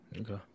Okay